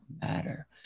matter